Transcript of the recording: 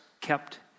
kept